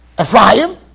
Ephraim